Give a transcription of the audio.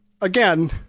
again